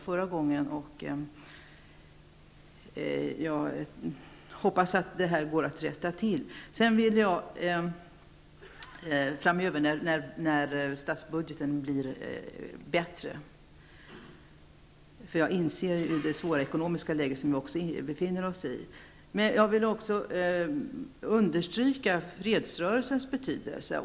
Jag hoppas att detta går att rätta till framöver när statsbudgeten blir bättre, för jag inser ju det svåra ekonomiska läge som vi befinner oss i. Jag vill också betona fredsrörelsens betydelse.